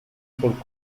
por